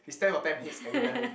is ten or ten heads everywhere home